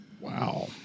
Wow